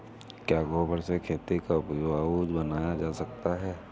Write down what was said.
क्या गोबर से खेती को उपजाउ बनाया जा सकता है?